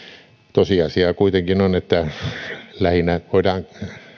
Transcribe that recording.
tosiasia kuitenkin on että lähinnä voidaan